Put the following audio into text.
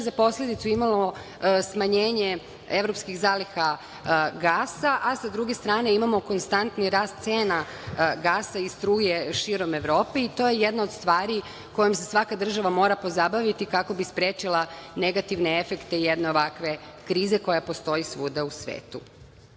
za posledicu imalo smanjenje evropskih zaliha gasa, a sa druge strane, imamo konstantni rast cena gasa i struje širom Evrope i to je jedna od stvari kojom se svaka država mora pozabaviti kako bi sprečila negativne efekte jedne ovakve krize koja postoji svuda u svetu. Osim